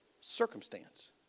circumstance